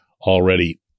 already